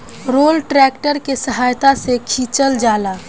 roller tractor के सहायता से खिचल जाला